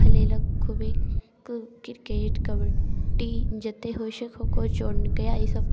खेलेलक खूबे क्रिकेट कबड्डी जते होइ छै खोखो चोर नुकैया ई सब